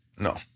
No